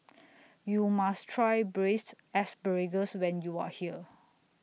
YOU must Try Braised Asparagus when YOU Are here